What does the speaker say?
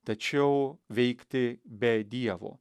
tačiau veikti be dievo